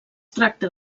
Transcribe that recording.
tracta